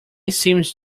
seems